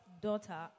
daughter